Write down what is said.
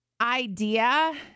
idea